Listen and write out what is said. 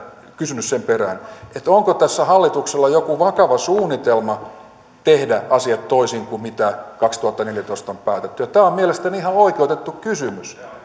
kysynyt sen perään että onko tässä hallituksella joku vakava suunnitelma tehdä asiat toisin kuin mitä kaksituhattaneljätoista on päätetty tämä on mielestäni ihan oikeutettu kysymys